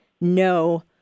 no